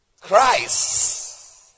Christ